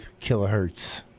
kilohertz